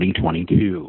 2022